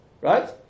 Right